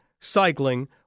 cycling